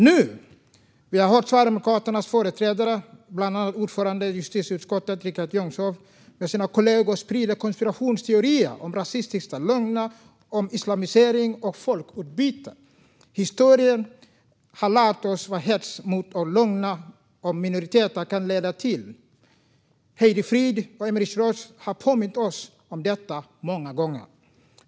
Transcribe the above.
Nu hör vi Sverigedemokraternas företrädare, bland andra ordföranden i justitieutskottet Richard Jomshof, sprida konspirationsteorier och rasistiska lögner om islamisering och folkutbyte. Historien har lärt oss vad hets mot och lögner om minoriteter kan leda till. Hédi Fried och Emerich Roth har många gånger påmint oss om detta.